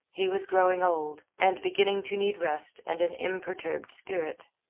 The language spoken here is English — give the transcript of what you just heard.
he was growing old, and beginning to need rest and an imperturbed spirit.